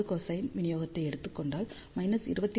4 cosine விநியோகத்தை எடுத்துக் கொண்டால் 23